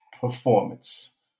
performance